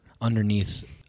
underneath